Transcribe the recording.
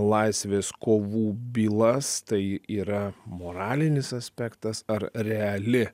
laisvės kovų bylas tai yra moralinis aspektas ar reali